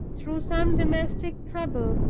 through some domestic trouble,